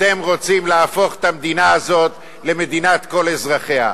אתם רוצים להפוך את המדינה הזאת למדינת כל אזרחיה.